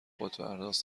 خودپرداز